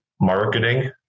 marketing